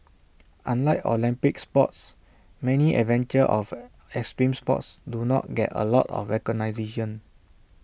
unlike Olympic sports many adventure or extreme sports do not get A lot of recognition